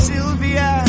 Sylvia